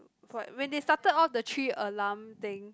but when they started all the three alarm thing